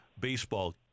baseball